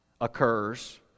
occurs